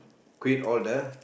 quit all the